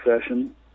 session